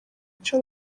ico